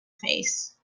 face